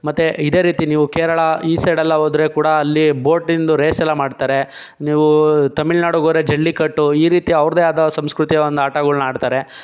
ಮತ್ತೆ ಇದೇ ರೀತಿ ನೀವು ಕೇರಳ ಈ ಸೈಡೆಲ್ಲ ಹೋದರೆ ಕೂಡ ಅಲ್ಲಿ ಬೋಟಿಂದು ರೆಸೆಲ್ಲ ಮಾಡ್ತಾರೆ ನೀವು ತಮಿಳುನಾಡಿಗೆ ಹೋದರೆ ಜಲ್ಲಿ ಕಟ್ಟು ಈ ರೀತಿ ಅವ್ರದ್ದೇ ಆದ ಸಂಸ್ಕೃತಿಯ ಒಂದು ಆಟಗಳನ್ನು ಆಡುತ್ತಾರೆ